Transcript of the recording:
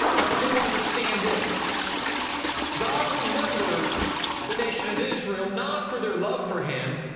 but do understand this god remembered the nation of israel, not for their love for him,